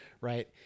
Right